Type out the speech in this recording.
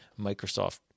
Microsoft